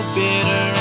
bitter